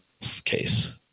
case